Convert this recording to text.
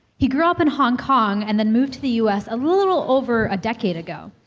he grew up in hong kong, and then moved to the us a little over a decade ago.